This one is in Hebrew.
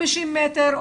50 מטר,